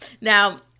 Now